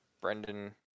Brendan